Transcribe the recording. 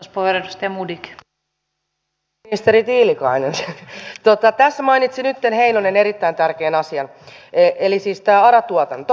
arvoisa ministeri tiilikainen tässä edustaja heinonen mainitsi nytten erittäin tärkeän asian eli siis tämän ara tuotannon